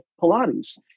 Pilates